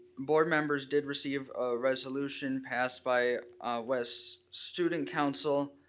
board members did receive a resolution passed by west student council,